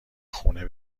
خونه